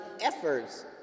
efforts